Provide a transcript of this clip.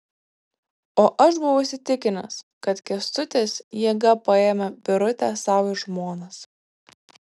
o aš buvau įsitikinęs kad kęstutis jėga paėmė birutę sau į žmonas